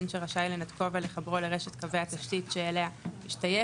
שרשאי לנתקו ולחברו לרשת קווי התשתית שאליה השתייך,